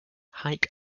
hike